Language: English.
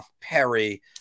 Perry